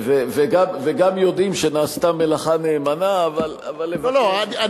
וגם יודעים שנעשתה מלאכה נאמנה, אבל לבקר, לא, לא.